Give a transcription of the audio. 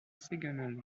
second